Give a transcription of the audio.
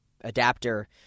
adapter